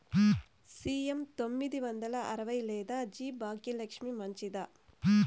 CM తొమ్మిది వందల అరవై లేదా జి భాగ్యలక్ష్మి మంచిదా?